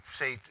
say